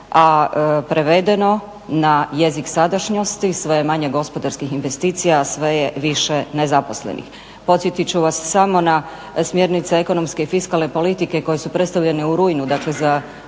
a prevedeno na jezik sadašnjosti sve je manje gospodarskih investicija, a sve je više nezaposlenih. Podsjetit ću vas samo na smjernice ekonomske i fiskalne politike koje su predstavljene u rujnu dakle za